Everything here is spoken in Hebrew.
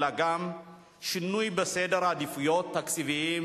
אלא נדרש גם שינוי בסדרי עדיפויות תקציביים.